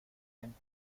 gente